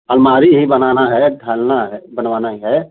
अलमारी ही बनाना है ढालना है बनवाना ही है